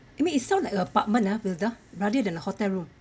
I mean it sound like a apartment ah wilda rather than a hotel room